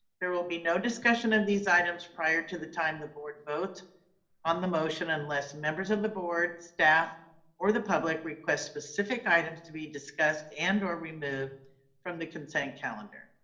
there will be no discussion of these items prior to the time the board votes on the motion unless members of the board, staff or the public request specific items to be discussed and or removed from the consent calendar.